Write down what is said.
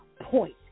point